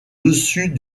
dessus